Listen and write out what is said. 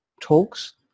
talks